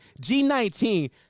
g19